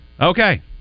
Okay